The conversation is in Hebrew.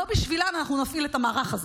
לא בשבילן אנחנו נפעיל את המערך הזה.